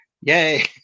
Yay